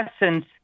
essence